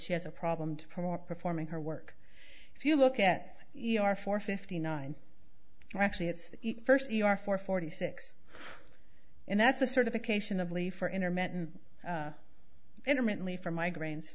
she has a problem to promote performing her work if you look at your four fifty nine actually it's first your four forty six and that's a certification of li for intermittent intermittently for migraines